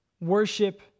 worship